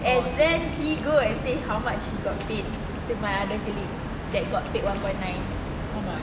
and then he go and say how much she got paid to my other colleagues that got paid one point nine